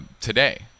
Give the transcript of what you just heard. today